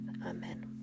Amen